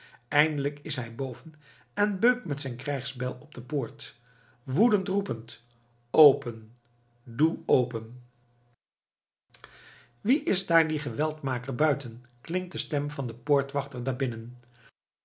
eindelijk is hij boven en beukt met zijne krijgsbijl op de poort woedend roepend open doe open wie is daar die geweldmaker buiten klinkt de stem van den poortwachter daar binnen